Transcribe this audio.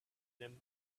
them